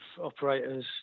operators